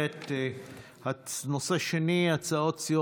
חוק-יסוד: השפיטה (תיקון,